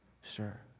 Sure